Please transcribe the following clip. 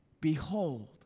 Behold